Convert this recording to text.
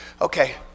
Okay